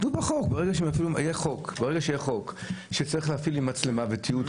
ברגע שיהיה חוק שצריך להפעיל עם מצלמה לשם תיעוד,